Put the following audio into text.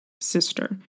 sister